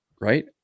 right